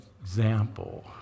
example